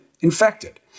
infected